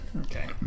Okay